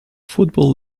football